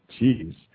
Jeez